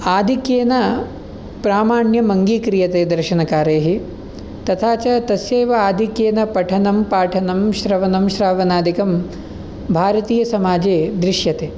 आधिक्येन प्रामाण्यम् अङ्गीक्रियते दर्शनकारैः तथा च तस्यैव आधिक्येन पठनं पाठनं श्रवणं श्रावणादिकं भारतीयसमाजे दृश्यते